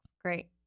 Great